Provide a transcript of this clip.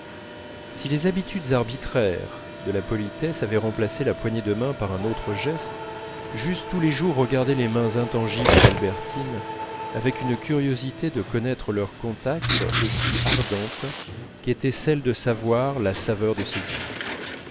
si les habitudes arbitraires de la politesse avaient remplacé la poignée de mains par un autre geste j'eusse tous les jours regardé les mains intangibles d'albertine avec une curiosité de connaître leur contact aussi ardente qu'était celle de savoir la saveur de ses joues